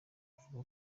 buvuga